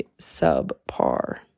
subpar